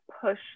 push